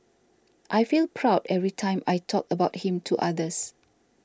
I feel proud every time I talk about him to others